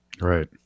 Right